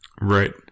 right